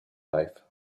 life